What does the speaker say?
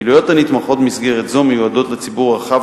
הפעילויות הנתמכות במסגרת זו מיועדות לציבור הרחב,